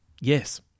Yes